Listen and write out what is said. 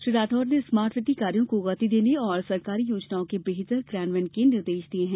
श्री राठौर ने smart city कार्यों को गति देने और सरकारी योजनाओं के बेहतर क्रियान्वयन के निर्देश दिये हैं